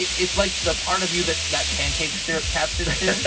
it's like the part of you that that pancake syrup taps into.